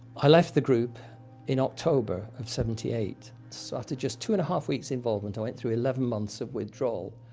i left the group in october of seventy eight. so, after just two and a half weeks of involvement, i went through eleven months of withdrawal.